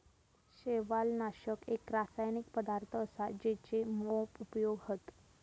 शैवालनाशक एक रासायनिक पदार्थ असा जेचे मोप उपयोग हत